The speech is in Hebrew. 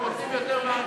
וקבוצת סיעת